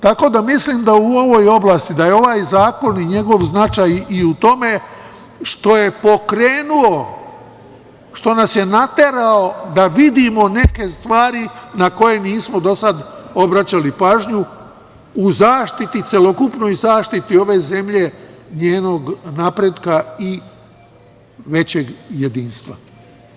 Tako da mislim da je u ovoj oblasti, da je ovaj zakon i njegov značaj i u tome što je pokrenuo, što nas je naterao da vidimo neke stvari na koje nismo do sada obraćali pažnju u zaštiti, celokupnoj zaštiti ove zemlje, njenog napretka i većeg jedinstva.